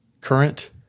Current